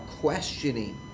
questioning